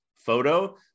photo